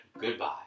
goodbye